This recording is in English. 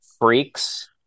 freaks